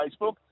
Facebook